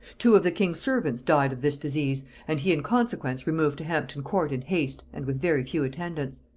two of the king's servants died of this disease, and he in consequence removed to hampton court in haste and with very few attendants.